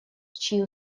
чьи